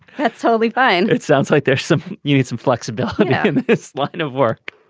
that's totally fine. it sounds like there's some you need some flexibility in this line of work.